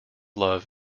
love